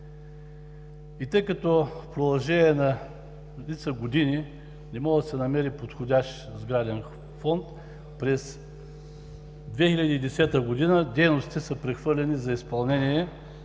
Тъй като в продължение на редица години не може да се намери подходящ сграден фонд, през 2010 г. дейностите са прехвърлени за изпълнение